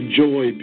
joy